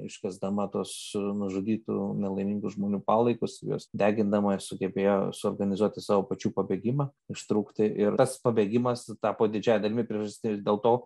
iškasdama tuos nužudytų nelaimingų žmonių palaikus juos degindama sugebėjo suorganizuoti savo pačių pabėgimą ištrūkti ir tas pabėgimas tapo didžiąja dalimi priežastis dėl to